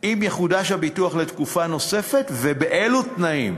אם יחודש הביטוח לתקופה נוספת ובאילו תנאים,